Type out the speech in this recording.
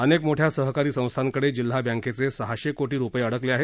अनेक मोठ्या सहकारी संस्थांकडे जिल्हा बँकेचे सहाशे कोटी रूपये अडकले आहेत